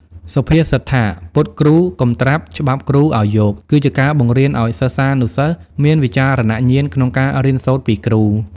សុភាសិតថា «ពុតគ្រូកុំត្រាប់ ច្បាប់គ្រូឱ្យយក» គឺជាការបង្រៀនឱ្យសិស្សានុសិស្សមានវិចារណញ្ញាណក្នុងការរៀនសូត្រពីគ្រូ។